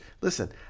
Listen